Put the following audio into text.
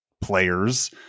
players